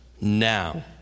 now